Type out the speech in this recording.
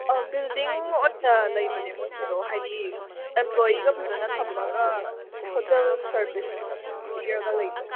building ꯑꯣꯏꯅ ꯂꯩꯕꯅꯦ ꯃꯣꯏꯒꯤꯗꯣ ꯍꯥꯏꯗꯤ ꯑꯦꯝꯄ꯭ꯂꯣꯌꯤꯒ ꯐꯖꯅ ꯊꯝꯃꯒ ꯍꯣꯇꯦꯜ ꯁꯔꯕꯤꯁ ꯄꯤꯔꯒ ꯂꯩꯕꯅꯦ